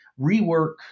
rework